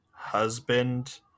husband